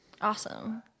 Awesome